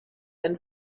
and